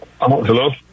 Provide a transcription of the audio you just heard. hello